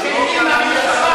אף פעם לא הגשת,